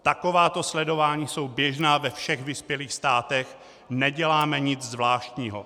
Takováto sledování jsou běžná ve všech vyspělých státech, neděláme nic zvláštního.